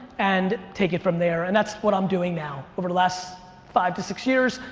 and take it from there, and that's what i'm doing now. over the last five to six years,